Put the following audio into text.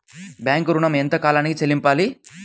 Bank ఋణం ఎంత కాలానికి చెల్లింపాలి?